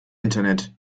internet